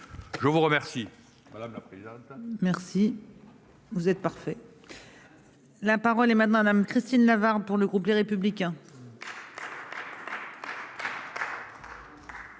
Je vous remercie